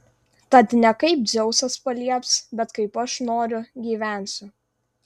tad ne kaip dzeusas palieps bet kaip aš noriu gyvensiu